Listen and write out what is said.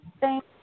Thank